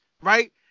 right